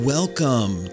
Welcome